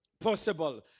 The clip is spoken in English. Possible